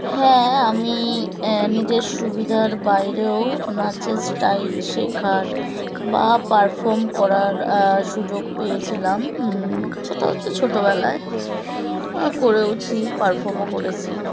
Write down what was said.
হ্যাঁ আমি নিজের সুবিধার বাইরেও নাচের স্টাইল শেখার বা পারফর্ম করার সুযোগ পেয়েছিলাম সেটা হচ্ছে ছোটবেলায় করেওছি পারফর্মও করেছি